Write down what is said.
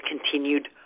continued